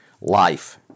life